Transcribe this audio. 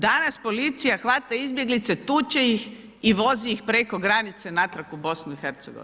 Danas policija hvata izbjeglice, tuče ih i vozi ih preko granice natrag u BiH.